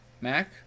Mac